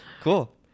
Cool